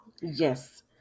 Yes